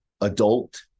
adult